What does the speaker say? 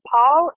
Paul